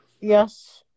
Yes